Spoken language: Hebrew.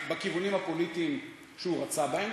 בכיוונים הפוליטיים שהוא רצה בהם.